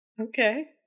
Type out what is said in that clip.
Okay